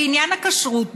בעניין הכשרות,